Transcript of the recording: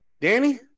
Danny